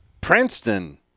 Princeton